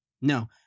No